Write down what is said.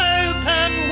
open